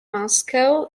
moscow